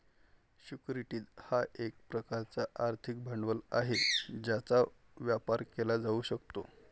securities हा एक प्रकारचा आर्थिक भांडवल आहे ज्याचा व्यापार केला जाऊ शकतो